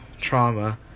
trauma